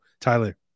Tyler